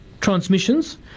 transmissions